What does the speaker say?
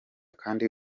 kandi